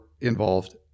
involved